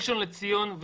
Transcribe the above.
ראשון לציון,